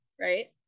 right